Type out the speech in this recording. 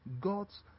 God's